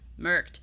murked